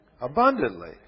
Abundantly